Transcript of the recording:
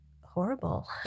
horrible